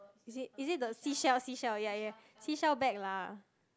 is it is it the seashell seashell ya ya seashell back lah